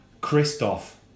Christoph